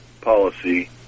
policy